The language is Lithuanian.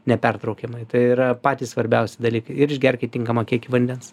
nepertraukiamai tai yra patys svarbiausi dalykai ir išgerkit tinkamą kiekį vandens